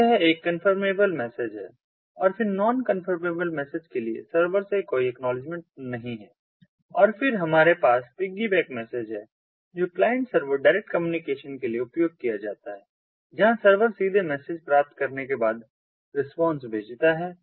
तो यह एक कंफर्मेबल मैसेज है और फिर नॉन कन्फर्मेबल मैसेज के लिए सर्वर से कोई एक्नॉलेजमेंट नहीं है और फिर हमारे पास पिग्गीबैक मैसेज है जो क्लाइंट सर्वर डायरेक्ट कम्युनिकेशन के लिए उपयोग किया जाता है जहां सर्वर सीधे मैसेज प्राप्त करने के बाद रिस्पांस भेजता है